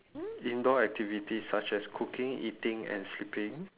indoor activities such as cooking eating and sleeping